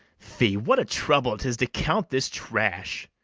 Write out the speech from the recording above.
fie, what a trouble tis to count this trash!